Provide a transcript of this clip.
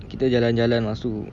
kita jalan-jalan masuk